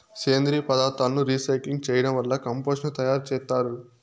సేంద్రీయ పదార్థాలను రీసైక్లింగ్ చేయడం వల్ల కంపోస్టు ను తయారు చేత్తారు